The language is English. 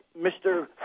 Mr